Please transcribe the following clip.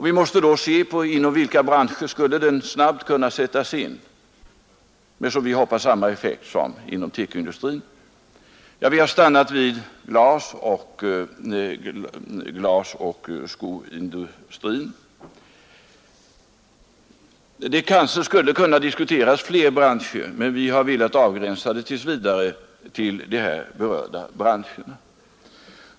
Vi måste då undersöka inom vilka branscher den snabbt skulle kunna sättas in med som vi hoppas samma effekt som inom TEKO-industrin, Vi har stannat vid glasoch skoindustrierna. Fler branscher kanske skulle kunna diskuteras, men vi har tills vidare velat avgränsa det till de här berörda branscherna.